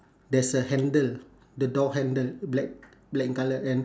there's a handle the door handle black black in colour and